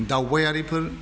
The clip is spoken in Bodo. दावबायारिफोर